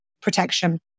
protection